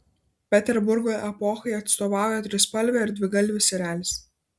peterburgo epochai atstovauja trispalvė ir dvigalvis erelis